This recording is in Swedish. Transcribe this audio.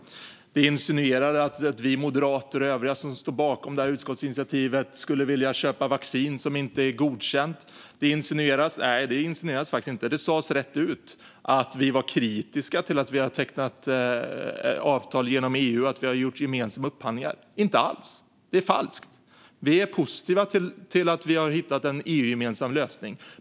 Det insinueras att vi moderater och övriga som står bakom detta utskottsinitiativ skulle vilja köpa vaccin som inte är godkänt. Det insinueras faktiskt inte utan sas rätt ut att vi var kritiska till att Sverige har tecknat avtal genom EU och gjort gemensamma upphandlingar. Så är det inte alls. Det är falskt. Vi moderater är positiva till att Sverige har hittat en EU-gemensam lösning.